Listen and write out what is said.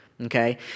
Okay